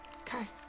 Okay